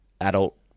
adult